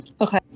Okay